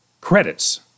Credits